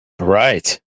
Right